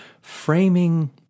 framing